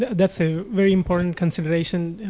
that's a very important consideration.